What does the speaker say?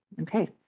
Okay